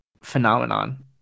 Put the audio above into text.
phenomenon